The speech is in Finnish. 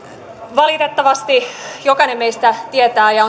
valitettavasti jokainen meistä tietää ja